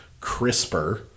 CRISPR